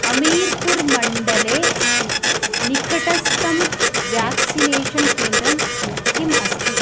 अमीर्पुर् मण्डले निकटस्थं व्याक्सिनेषन् केन्द्रं किम् अस्ति